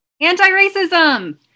anti-racism